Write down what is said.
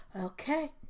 okay